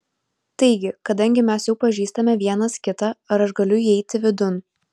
taigi kadangi mes jau pažįstame vienas kitą ar aš galiu įeiti vidun